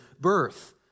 birth